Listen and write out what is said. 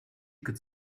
could